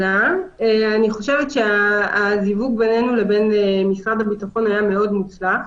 אני חושבת שהזיווג בינינו לבין משרד הביטחון היה מאוד מוצלח,